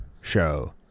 show